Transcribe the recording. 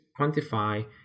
quantify